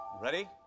Ready